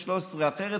13. אחרת,